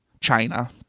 China